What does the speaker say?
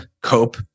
cope